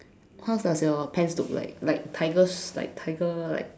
how does your pants look like like tigers like tiger like